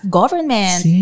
government